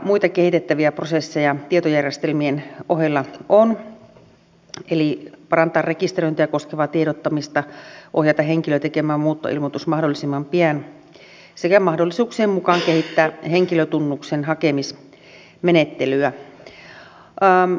muitakin kehitettäviä prosesseja tietojärjestelmien ohella on eli tulisi parantaa rekisteröintiä koskevaa tiedottamista ohjata henkilöä tekemään muuttoilmoitus mahdollisimman pian sekä mahdollisuuksien mukaan kehittää henkilötunnuksen hakemismenettelyä